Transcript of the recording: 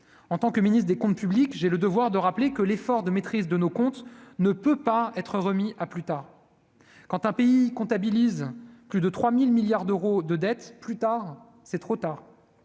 en tant que ministre des Comptes publics, j'ai le devoir de rappeler que l'effort de maîtrise de nos comptes ne peut pas être remis à plus tard, quand un pays comptabilise plus de 3000 milliards d'euros de dette, plus tard, c'est trop tard,